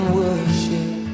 worship